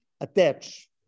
attach